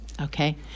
Okay